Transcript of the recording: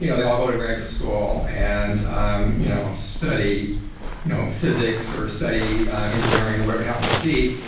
you know they all go to graduate school and um you know study you know psychics, or study engineering, or whatever it happens to be,